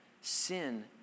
sin